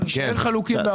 נישאר חלוקים.